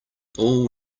all